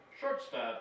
shortstop